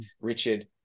Richard